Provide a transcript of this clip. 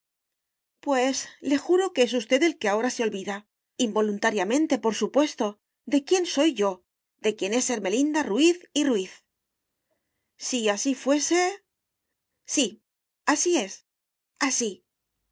pues le juro que es usted el que ahora se olvida involuntariamente por supuesto de quién soy yo de quién es ermelinda ruiz y ruiz si así fuese sí así es asíy